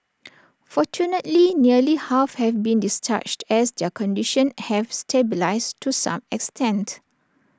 fortunately nearly half have been discharged as their condition have stabilised to some extent